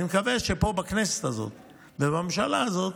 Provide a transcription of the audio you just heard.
אני מקווה שפה, בכנסת הזאת ובממשלה הזאת,